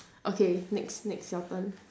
okay next next your turn